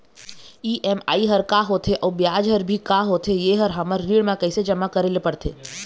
EMI हर का होथे अऊ ब्याज हर भी का होथे ये हर हमर ऋण मा कैसे जमा करे ले पड़ते?